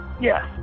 yes